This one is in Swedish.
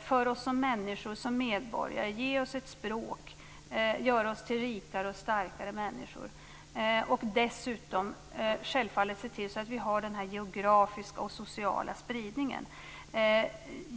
för oss som människor, som medborgare, ge oss ett språk och göra oss till rikare och starkare människor. Dessutom ska vi självfallet se till att vi har den här geografiska och sociala spridningen.